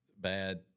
Bad